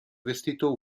vestito